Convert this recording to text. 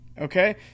Okay